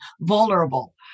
vulnerable